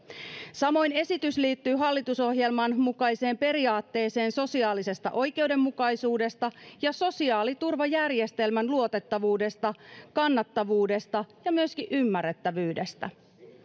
samoin esitys liittyy hallitusohjelman mukaiseen periaatteeseen sosiaalisesta oikeudenmukaisuudesta ja sosiaaliturvajärjestelmän luotettavuudesta kannattavuudesta ja myöskin ymmärrettävyydestä